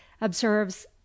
observes